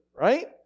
right